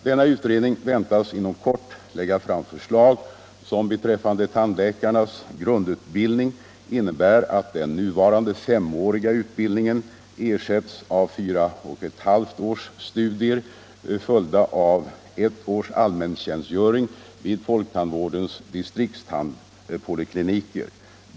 Denna utredning väntas inom kort lägga fram förslag som beträffande tandläkarnas grundutbildning innebär att den nuvarande S-åriga utbildningen ersätts av 4,5 års studier följda av 1 års allmäntjänstgöring vid folktandvårdens distriktstandpolikliniker.